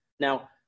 Now